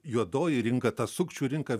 juodoji rinka ta sukčių rinka